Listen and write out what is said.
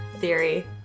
theory